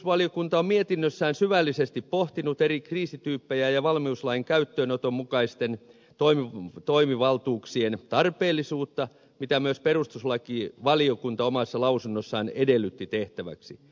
puolustusvaliokunta on mietinnössään syvällisesti pohtinut eri kriisityyppejä ja valmiuslain käyttöönoton mukaisten toimivaltuuksien tarpeellisuutta mitä myös perustuslakivaliokunta omassa lausunnossaan edellytti tehtäväksi